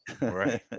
Right